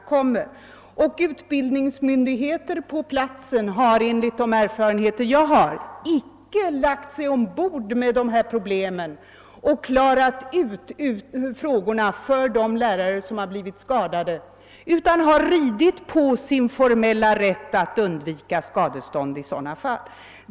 Enligt mina erfarenheter har utbildningsmyndigheterna på platsen inte heller tagit sig an dessa problem och inte klarat ut frågorna för de lärare som har blivit skadade, utan man har ridit på sin formella rätt att underlåta att betala ut skadestånd i sådana fall.